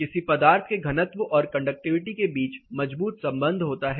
किसी पदार्थ के घनत्व और कंडक्टिविटी के बीच मजबूत संबंध होता है